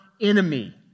enemy